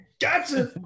gotcha